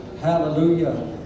Hallelujah